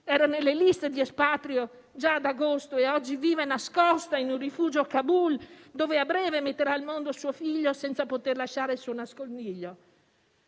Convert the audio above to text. era nelle liste di espatrio già ad agosto e oggi vive nascosta in un rifugio a Kabul, dove a breve metterà al mondo suo figlio senza poter lasciare il suo nascondiglio.